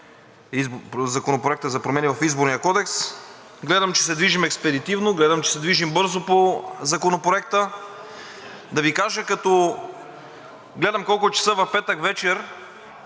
Законопроекта за промени в Изборния кодекс. Гледам, че се движим експедитивно, гледам, че се движим бързо по Законопроекта. Да Ви кажа, като гледам колко е часът в петък вечер,